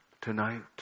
tonight